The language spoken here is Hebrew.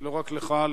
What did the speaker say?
לא רק לך,